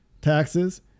taxes